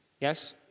Yes